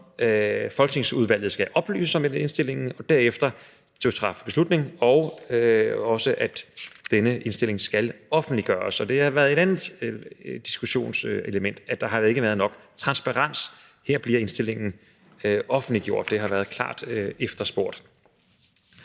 folketingsudvalget skal oplyses om og derefter træffe beslutning om. Denne indstilling skal også offentliggøres. Det har været et andet diskussionsemne, at der ikke har været nok transparens. Her bliver indstillingen offentliggjort. Det har været klart efterspurgt.